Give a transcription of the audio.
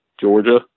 Georgia